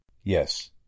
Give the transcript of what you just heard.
Yes